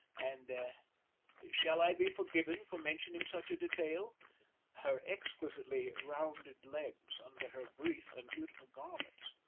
and shall i be forgiven for mentioning such a detail her exquisitely rounded legs under her brief and beautiful garments.